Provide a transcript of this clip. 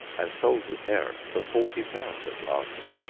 and sold the parent for forty pounds at last.